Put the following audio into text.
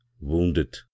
Wounded